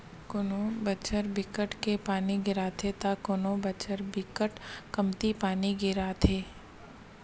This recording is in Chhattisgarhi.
कोनो बछर बिकट के पानी गिरथे त कोनो बछर बिकट कमती पानी गिरथे